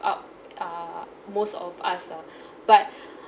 up err most of us lah but